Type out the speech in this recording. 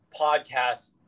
podcast